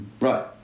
Right